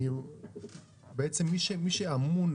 בעצם מי שאמון,